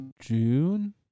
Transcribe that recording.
June